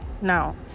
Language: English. now